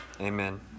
amen